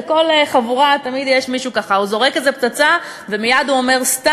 בכל חבורה תמיד יש מישהו שככה זורק איזה פצצה ומייד הוא אומר: סתם,